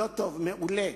לא טוב, מעולה.